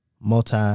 Multi